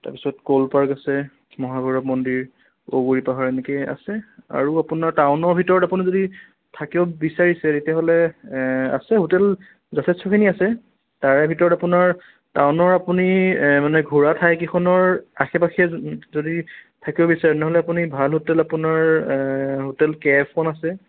তাৰপিছত ক'ল পাৰ্ক আছে মহাভৈৰৱ মন্দিৰ ঔগুৰি পাহাৰ এনেকে আছে আৰু আপোনাৰ টাউনৰ ভিতৰত আপুনি যদি থাকিব বিচাৰিছে তেতিয়াহ'লে আছে হোটেল যথেষ্টখিনি আছে তাৰে ভিতৰত আপোনাৰ টাউনৰ আপুনি মানে ঘূৰা ঠাই কেইখনৰ আশে পাশে যদি থাকিব বিচাৰে নহ'লে আপুনি ভাল হোটেল আপোনাৰ হোটেল কে এফ খন আছে